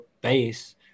base